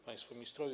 Państwo Ministrowie!